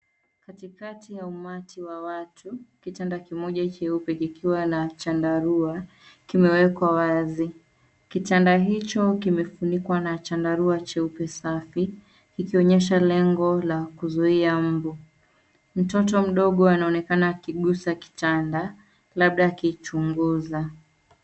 Katikati ya umati wa watu, kitanda kimoja cheupe kikiwa na chandarua kimewekwa wazi. Kitanda hicho kimefunikwa na chandarua cheupe safi kikionyesha lengo la kuzuia mbu. Mtoto mdogo anaonekana akigusa kitanda labda akichuguza.